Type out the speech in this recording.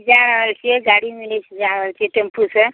जा रहल छियै गाड़ी मिलै छै जा रहल छियै टेम्पू से